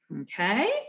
Okay